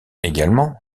également